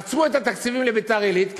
עצרו את התקציבים לביתר-עילית,